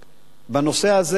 בנושא הזה אין קואליציה,